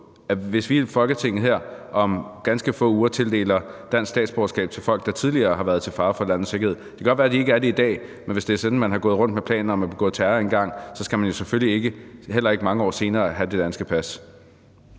hvis vi i Folketinget her om ganske få uger tildeler dansk statsborgerskab til folk, der tidligere har været til fare for landets sikkerhed. Det kan godt være, at de ikke er det i dag, men hvis det er sådan, at man engang har gået rundt med planer om at begå terror, så skal man jo selvfølgelig ikke have det danske pas,